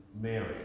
Mary